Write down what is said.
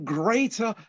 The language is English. greater